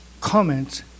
comments